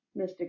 Mr